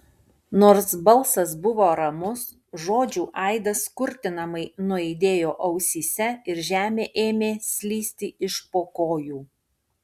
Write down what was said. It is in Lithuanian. nors balsas buvo ramus žodžių aidas kurtinamai nuaidėjo ausyse ir žemė ėmė slysti iš po kojų